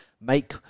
make